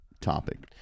topic